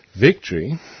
Victory